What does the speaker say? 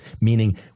meaning